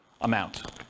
amount